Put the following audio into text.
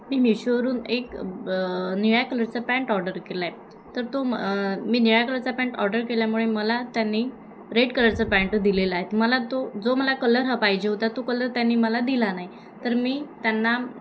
मी मिशोवरून एक ब निळ्या कलरचा पॅन्ट ऑर्डर केला आहे तर तो म मी निळ्या कलरचा पॅन्ट ऑर्डर केल्यामुळे मला त्यांनी रेड कलरचा पॅन्ट दिलेला आहेत मला तो जो मला कलर ह पाहिजे होता तो कलर त्यांनी मला दिला नाही तर मी त्यांना